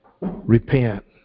Repent